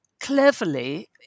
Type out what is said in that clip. cleverly